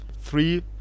three